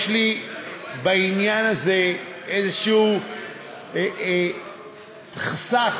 יש לי בעניין הזה איזשהו חסך,